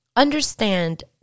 understand